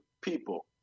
people